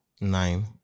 Nine